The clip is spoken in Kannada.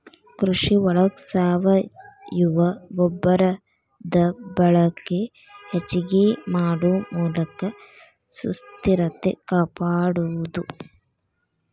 ಕೃಷಿ ಒಳಗ ಸಾವಯುವ ಗೊಬ್ಬರದ ಬಳಕೆ ಹೆಚಗಿ ಮಾಡು ಮೂಲಕ ಸುಸ್ಥಿರತೆ ಕಾಪಾಡುದು